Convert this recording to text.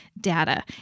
data